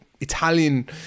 Italian